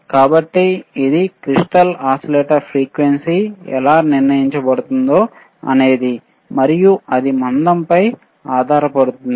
కాబట్టి ఇది crystal oscillator frequency ఎలా నిర్ణయించబడుతుదో అనేది మరియు అది మందంపై ఆధారపడి ఉండాలి